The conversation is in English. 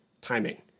timing